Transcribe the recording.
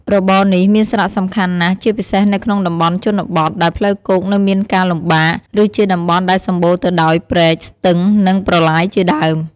របរនេះមានសារៈសំខាន់ណាស់ជាពិសេសនៅក្នុងតំបន់ជនបទ ដែលផ្លូវគោកនៅមានការលំបាក ឬជាតំបន់ដែលសម្បូរទៅដោយព្រែក ស្ទឹង និងប្រឡាយជាដើម។